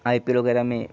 آئی P L وغیرہ میں